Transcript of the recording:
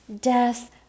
death